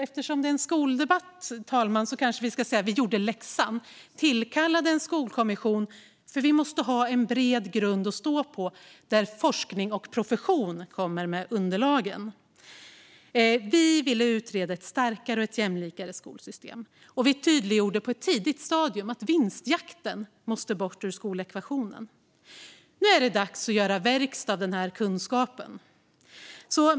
Eftersom det är en skoldebatt, fru talman, kanske jag ska säga att vi gjorde läxan. Vi tillkallade en skolkommission därför att vi måste ha en bred grund att stå på där forskning och profession kommer med underlagen. Vi ville utreda ett starkare och jämlikare skolsystem. Vi tydliggjorde på ett tidigt stadium att vinstjakten måste bort ur skolekvationen. Nu är det dags att göra verkstad av denna kunskap.